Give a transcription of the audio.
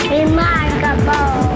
Remarkable